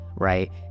Right